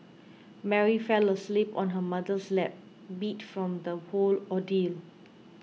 Mary fell asleep on her mother's lap beat from the whole ordeal